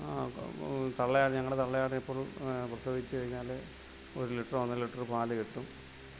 തള്ളയാടിനെ ഞങ്ങളെ തള്ളയാടിനെ എപ്പോഴും പ്രസവിച്ച് കഴിഞ്ഞാൽ ഒരു ലിറ്ററോ ഒന്നര ലിറ്ററോ പാൽ കിട്ടും